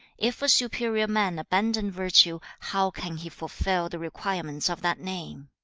if a superior man abandon virtue, how can he fulfil the requirements of that name?